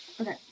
Okay